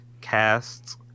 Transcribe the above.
casts